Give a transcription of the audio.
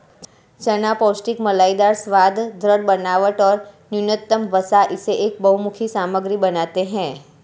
चना पौष्टिक मलाईदार स्वाद, दृढ़ बनावट और न्यूनतम वसा इसे एक बहुमुखी सामग्री बनाते है